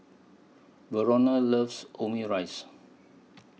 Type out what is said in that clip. Verona loves Omurice